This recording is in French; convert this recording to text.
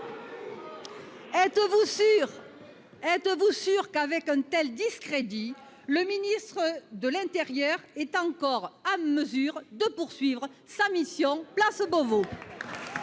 Êtes-vous sûr qu'avec un tel discrédit le ministre de l'intérieur est encore en mesure d'assumer sa mission place Beauvau ?